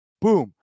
Boom